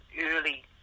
early